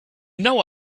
know